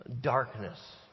darkness